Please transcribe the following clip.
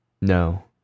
No